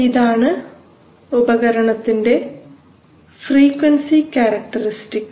ഇതാണ് ഉപകരണത്തിന്റെ frequency characteristics